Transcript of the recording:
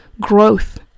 growth